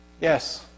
Yes